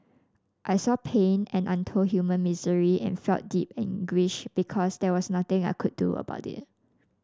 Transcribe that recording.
I saw pain and untold human misery and felt deep anguish because there was nothing I could do about it